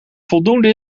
voldoende